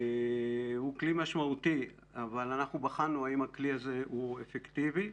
זה כלי משמעותי אבל אנחנו בחנו האם הכלי הזה הוא אפקטיבי.